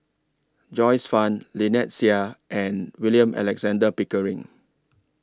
Joyce fan Lynnette Seah and William Alexander Pickering